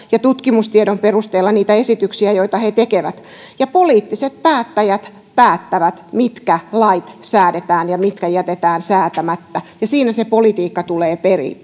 ja tutkimustiedon perusteella niitä esityksiä joita he tekevät ja poliittiset päättäjät päättävät mitkä lait säädetään ja mitkä jätetään säätämättä siinä se politiikka tulee